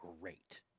great